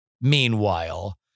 meanwhile